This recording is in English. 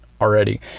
already